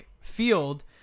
field